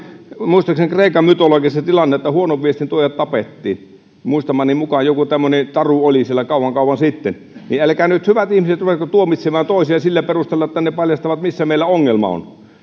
muistaakseni kreikan mytologiassa oli se tilanne että huonon viestin tuojat tapettiin muistamani mukaan joku tämmöinen taru oli siellä kauan kauan sitten älkää nyt hyvät ihmiset ruvetko tuomitsemaan toisia sillä perusteella että he paljastavat missä meillä on ongelma